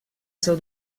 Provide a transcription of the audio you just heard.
seu